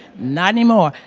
not anymore.